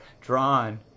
drawn